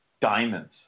diamonds